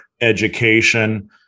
education